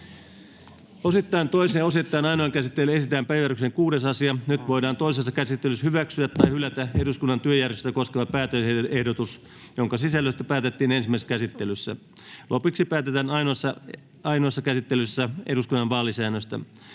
Osittain toiseen, osittain ainoaan käsittelyyn esitellään päiväjärjestyksen 6. asia. Nyt voidaan toisessa käsittelyssä hyväksyä tai hylätä eduskunnan työjärjestystä koskeva päätösehdotus, jonka sisällöstä päätettiin ensimmäisessä käsittelyssä. Lopuksi päätetään ainoassa käsittelyssä eduskunnan vaalisäännöstä.